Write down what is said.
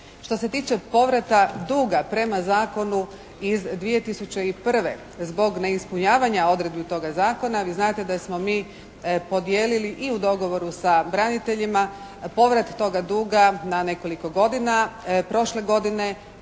Što se tiče povrata duga prema zakonu iz 2001. Zbog neispunjavanja odredbi toga zakona, vi znate da smo mi podijelili i u dogovoru sa braniteljima povrat toga duga na nekoliko godina. Prošle godine,